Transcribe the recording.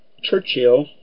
Churchill